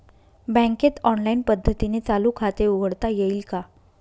बँकेत ऑनलाईन पद्धतीने चालू खाते उघडता येईल का?